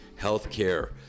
healthcare